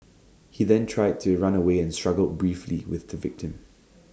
he then tried to run away and struggled briefly with the victim